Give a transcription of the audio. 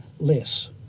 less